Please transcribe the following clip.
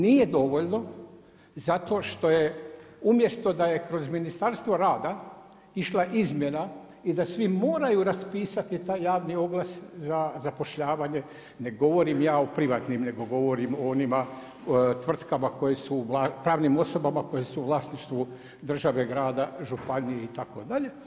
Nije dovoljno zato što je umjesto da je kroz Ministarstvo rada išla izmjena i da svi moraju raspisati taj javni oglas za zapošljavanje, ne govorim ja o privatnim nego govorim o onima tvrtkama koje su, pravnim osobama koje su u vlasništvu države, grada, županije itd.